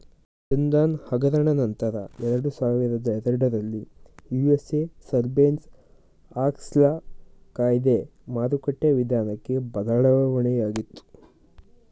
Enron ಹಗರಣ ನಂತ್ರ ಎರಡುಸಾವಿರದ ಎರಡರಲ್ಲಿ ಯು.ಎಸ್.ಎ ಸರ್ಬೇನ್ಸ್ ಆಕ್ಸ್ಲ ಕಾಯ್ದೆ ಮಾರುಕಟ್ಟೆ ವಿಧಾನಕ್ಕೆ ಬದಲಾವಣೆಯಾಗಿತು